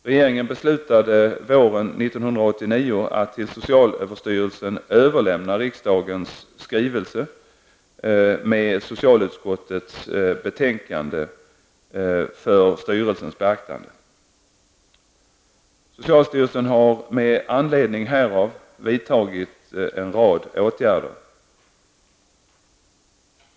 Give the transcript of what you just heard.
Regeringen beslutade våren Socialstyrelsen har med anledning härav vidtagit en rad åtgärder.